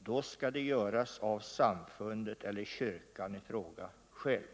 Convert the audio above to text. då skall det göras av samfundet självt eller av kyrkan i fråga själv.